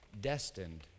Destined